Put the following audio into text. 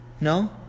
No